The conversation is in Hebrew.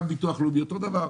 גם ביטוח לאומי אותו דבר.